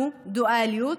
כלומר שפה זו דואלית,